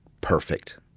perfect